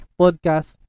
podcast